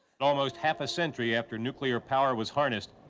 and almost half a century after nuclear power was harnessed,